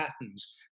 patterns